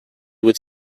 would